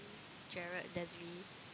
Jared Desiree